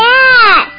Yes